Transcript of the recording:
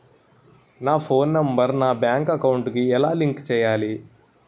నా phone number నా bank account కి ఎలా లింక్ చేయాలి?